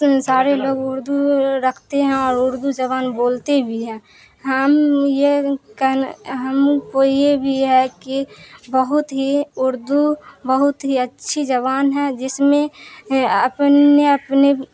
سارے لوگ اردو رکھتے ہیں اور اردو زبان بولتے بھی ہیں ہم یہ کہنا ہم کو یہ بھی ہے کہ بہت ہی اردو بہت ہی اچھی زبان ہے جس میں اپنے اپنے